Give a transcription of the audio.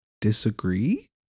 disagree